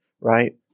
right